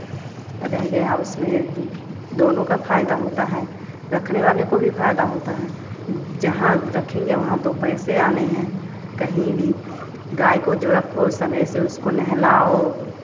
रह गया उसमें दोनों का फ़ायदा होता है रखने वालों को भी फ़ायदा होता है जहाँ रखेंगे वहाँ दो पैसे आने कहीं भी गाय को जो रखो समय से उसको नेहलाओ